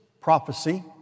prophecy